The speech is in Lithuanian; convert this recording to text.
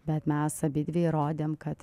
bet mes abidvi įrodėm kad